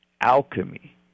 alchemy